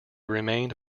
remained